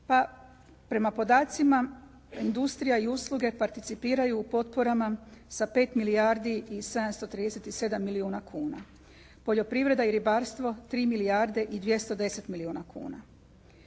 prema podacima, industrija i usluge participiraju u potporama sa 5 milijardi i 737 milijuna kuna. Poljoprivreda i ribarstvo 3 milijarde i 210 milijuna kuna.